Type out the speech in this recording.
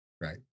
right